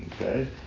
Okay